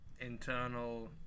internal